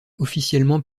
officiellement